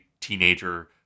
teenager